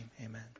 amen